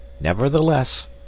nevertheless